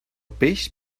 peix